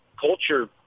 culture